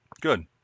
Good